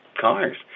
cars